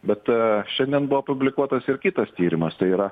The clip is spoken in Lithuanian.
bet šiandien buvo publikuotas ir kitas tyrimas tai yra